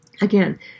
Again